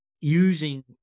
using